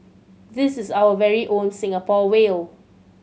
this is our very own Singapore whale